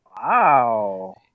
Wow